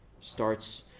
starts